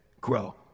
grow